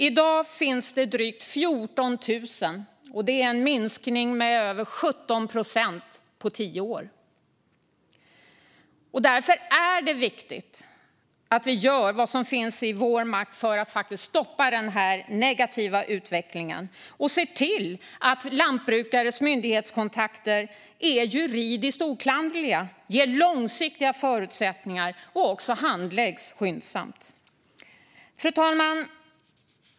I dag finns det drygt 14 000, vilket är en minskning med över 17 procent på tio år. Därför är det viktigt att vi gör vad som står i vår makt för att stoppa denna negativa utveckling och ser till att lantbrukares myndighetskontakter är juridiskt oklanderliga, ger långsiktiga förutsättningar och handläggs skyndsamt. Fru talman!